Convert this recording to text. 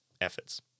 efforts